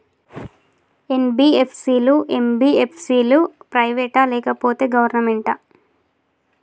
NBFC లు, MBFC లు private ఆ లేకపోతే గవర్నమెంటా?